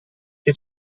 che